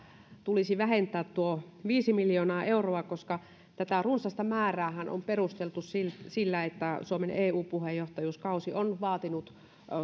tulisi vähentää viisi miljoonaa euroa koska tätä runsasta määräähän on perusteltu sillä sillä että suomen eu puheenjohtajuuskausi on vaatinut